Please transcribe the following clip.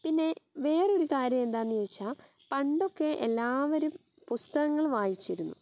പിന്നെ വേറെ ഒരു കാര്യം എന്താന്ന് ചോദിച്ചാൽ പണ്ടൊക്കെ എല്ലാവരും പുസ്തകങ്ങൾ വായിച്ചിരുന്നു